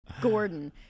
gordon